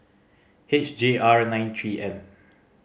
H J R nine three N